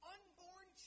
Unborn